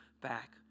back